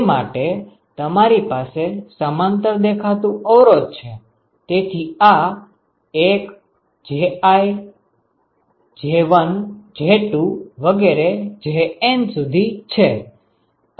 તે માટે તમારી પાસે સમાંતર દેખાતું અવરોધ છે તેથી આ 1 j1 j2 વગેરે JN સુધી છે